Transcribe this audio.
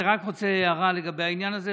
אני רק רוצה הערה לגבי העניין הזה,